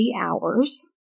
hours